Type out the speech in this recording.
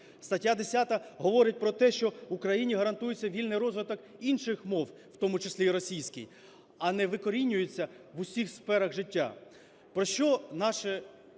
Стаття 10 говорить про те, що в Україні гарантується вільний розвиток інших мов, в тому числі і російській, а не викорінюється в усіх сферах життя.